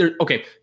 okay